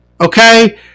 okay